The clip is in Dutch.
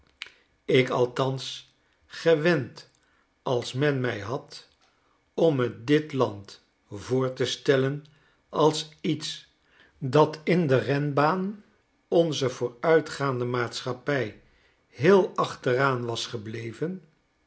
ik althans gewend als men mij had om me dit land voor te stellen als iets dat in de renbaan onzer vooruitgaande maatschappij heel achteraan was gebleven